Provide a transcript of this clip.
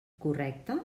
correcte